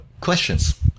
questions